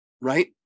Right